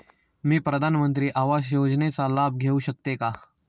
मी प्रधानमंत्री आवास योजनेचा लाभ घेऊ शकते का?